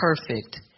perfect